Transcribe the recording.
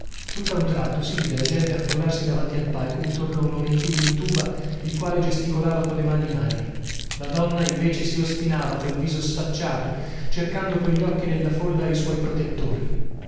tutta un tratto si vide la gente affollarsi davanti al palco intorno a un omettino in tuba il quale gesticolava colle mani in aria la donna invece si ostinava col viso sfacciato cercando cogli occhi nella folla i suoi